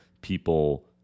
people